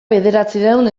bederatziehun